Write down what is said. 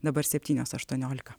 dabar septynios aštuoniolika